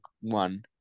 one